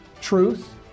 Truth